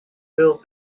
build